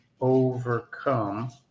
overcome